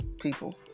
people